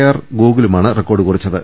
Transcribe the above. R ഗോകുലുമാണ് record കുറിച്ചത്